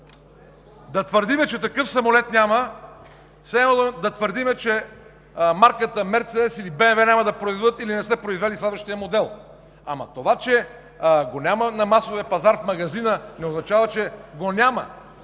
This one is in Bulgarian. да твърдим, че такъв самолет няма, все едно да твърдим, че марката „Мерцедес“ или „БМВ“ няма да произведат или не са произвели следващия модел. Ама, това, че го няма на масовия пазар в магазина, не означава, че го няма!